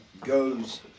goes